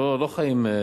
לא חיים,